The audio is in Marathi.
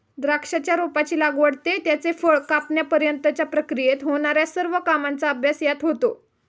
द्राक्षाच्या रोपाची लागवड ते त्याचे फळ कापण्यापर्यंतच्या प्रक्रियेत होणार्या सर्व कामांचा अभ्यास यात होतो